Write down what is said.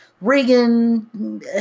Reagan